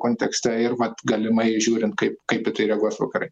kontekste ir vat galimai žiūrint kaip kaip į tai reaguos vakarai